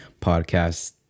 podcast